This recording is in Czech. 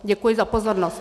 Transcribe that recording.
Děkuji za pozornost.